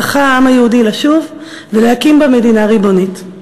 זכה העם היהודי לשוב ולהקים בה מדינה ריבונית.